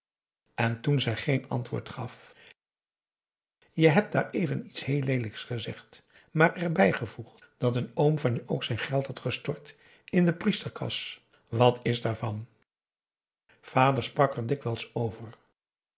en toen zij geen antwoord gaf je hebt daareven iets heel leelijks gezegd maar erbij gevoegd dat een oom van je ook zijn geld had gestort in de priesterkas wat is daarvan vader sprak er dikwijls over